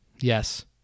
Yes